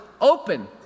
open